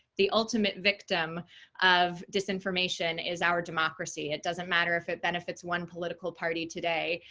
the ultimate victim of disinformation is our democracy. it doesn't matter if it benefits one political party today.